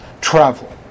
travel